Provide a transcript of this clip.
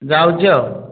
ଯାଉଛି ଆଉ